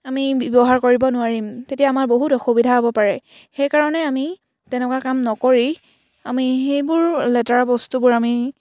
আমি ব্যৱহাৰ কৰিব নোৱাৰিম তেতিয়া আমাৰ বহুত অসুবিধা হ'ব পাৰে সেইকাৰণে আমি তেনেকুৱা কাম নকৰি আমি সেইবোৰ লেতেৰা বস্তুবোৰ আমি